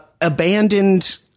abandoned